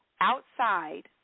outside